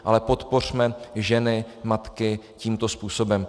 Ale podpořme ženy matky tímto způsobem.